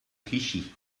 clichy